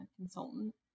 consultant